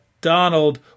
Donald